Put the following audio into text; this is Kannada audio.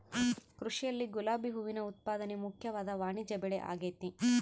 ಕೃಷಿಯಲ್ಲಿ ಗುಲಾಬಿ ಹೂವಿನ ಉತ್ಪಾದನೆ ಮುಖ್ಯವಾದ ವಾಣಿಜ್ಯಬೆಳೆಆಗೆತೆ